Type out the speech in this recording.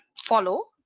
follow,